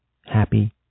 happy